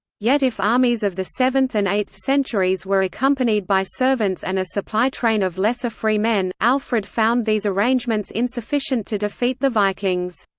yet if armies of the seventh and eighth eighth centuries were accompanied by servants and a supply train of lesser free men, alfred found these arrangements insufficient to defeat the vikings.